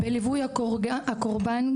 בלווי הקורבן,